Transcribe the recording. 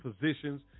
positions